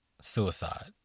Suicide